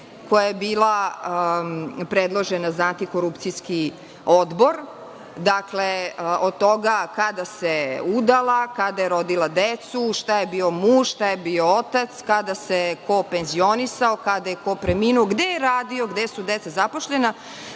koja je bila predložena za Antikorupcijski odbor. Dakle, od toga kada se udala, kada je rodila decu, šta je bio muž, šta je bio otac, kada se ko penzionisao, kada je ko preminuo, gde je radio, gde su deca zaposlena.